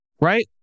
right